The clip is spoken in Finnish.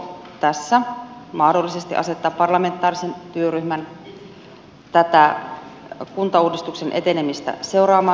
aiotteko tässä mahdollisesti asettaa parlamentaarisen työryhmän tätä kuntauudistuksen etenemistä seuraamaan